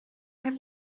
have